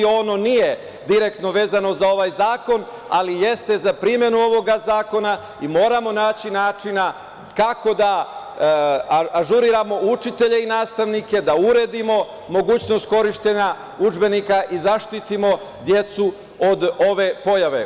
Ono nije direktno vezano za ovaj zakon, ali jeste za primenu ovog zakona i moramo naći načina kako da ažuriramo učitelje nastavnike, da uredimo mogućnost korišćenja i zaštitimo decu od ove pojave.